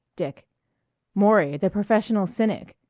dick maury, the professional cynic.